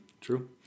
true